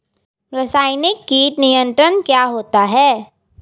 रसायनिक कीट नियंत्रण क्या होता है?